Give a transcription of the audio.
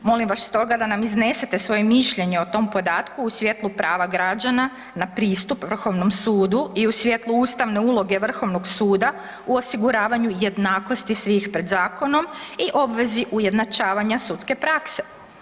Molim vas stoga da nam iznesete svoje mišljenje o tom podatku u svijetlu prava građana na pristup vrhovnom sudu i u svijetlu ustavne uloge vrhovnog suda u osiguravanju jednakosti svih pred zakonom i obvezi ujednačavanja sudske prakse.